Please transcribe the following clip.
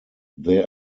there